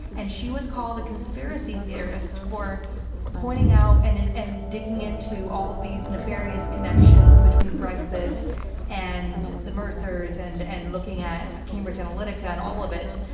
and she was called a conspiracy theorist for pointing out and and digging into all these nefarious connections between brexit and the mercers, and and looking at cambridge analytica and all of it.